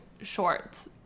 shorts